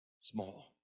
small